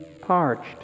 parched